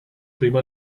primo